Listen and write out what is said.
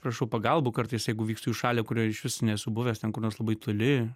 prašau pagalbų kartais jeigu vykstu į šalį kurioj išvis nesu buvęs ten kur nors labai toli